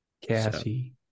Cassie